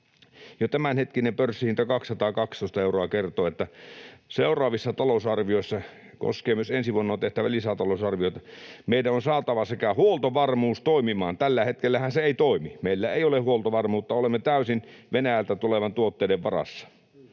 Jo tämänhetkinen pörssihinta, 212 euroa, kertoo, että seuraavissa talousarvioissa — koskee myös ensi vuonna tehtäviä lisätalousarvioita — meidän on saatava huoltovarmuus toimimaan. Tällä hetkellähän se ei toimi. Meillä ei ole huoltovarmuutta. Olemme täysin Venäjältä tulevien tuotteiden varassa,